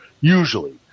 usually